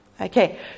Okay